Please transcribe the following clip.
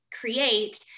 create